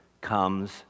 comes